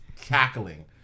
cackling